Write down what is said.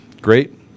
Great